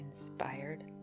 inspired